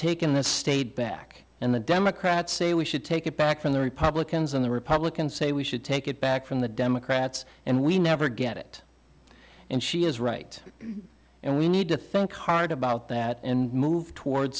taking the state back and the democrats say we should take it back from the republicans and the republicans say we should take it back from the democrats and we never get it and she is right and we need to think hard about that and move toward